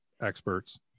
experts